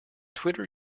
twitter